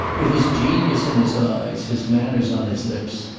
with his genius in his eyes, his manners on his lips,